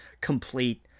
complete